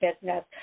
business